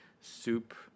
soup